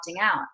out